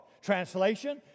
Translation